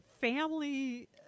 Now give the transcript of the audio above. family